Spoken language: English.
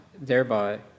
thereby